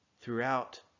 throughout